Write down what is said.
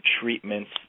treatments